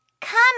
come